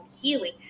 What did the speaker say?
healing